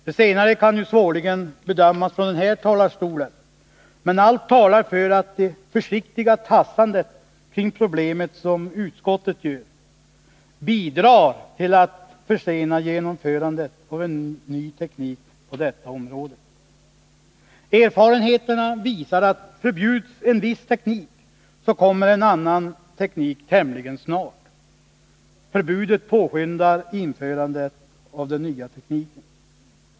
Det senare kan svårligen bedömas från den här talarstolen, men allt talar för att det försiktiga tassandet kring problemet — som utskottet gör sig skyldigt till — bidrar till att försena genomförandet av en ny teknik på detta område. Erfarenheterna visar att om en viss teknik förbjuds, så kommer en annan teknik tämligen snart; förbudet påskyndar införandet av den nya tekniken.